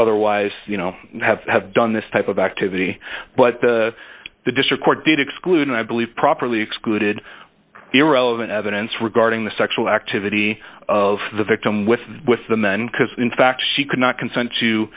otherwise you know have have done this type of activity but the district court did exclude i believe properly excluded irrelevant evidence regarding the sexual activity of the victim with with the men because in fact she could not consent to